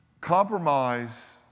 Compromise